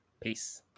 Peace